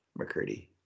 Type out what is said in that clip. mccurdy